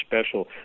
Special